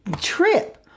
trip